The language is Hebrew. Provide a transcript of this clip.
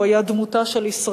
הוא היה דמותה של ישראל,